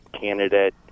candidate